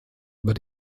über